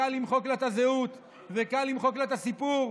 קל למחוק לה את הזהות וקל למחוק לה את הסיפור,